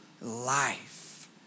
life